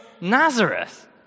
Nazareth